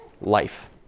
life